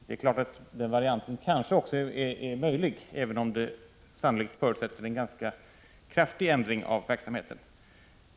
Den varianten är kanske också möjlig, även om det sannolikt förutsätter en ganska kraftig ändring av verksamheten.